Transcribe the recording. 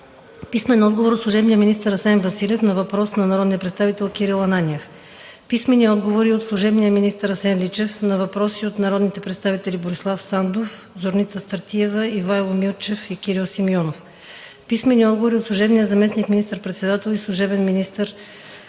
Мирчев; - служебния министър Асен Василев на въпрос от народния представител Кирил Ананиев; - служебния министър Асен Личев на въпроси от народните представители Борислав Сандов, Зорница Стратиева, Ивайло Мирчев и Кирил Симеонов; - служебния заместник министър-председател и служебен министър